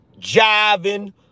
jiving